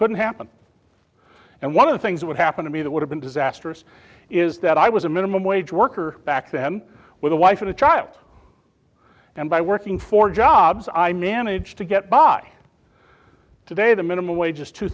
couldn't happen and one of the things would happen to me that would have been disastrous is that i was a minimum wage worker back then with a wife and a child and by working for jobs i manage to get by today the minimum wage is two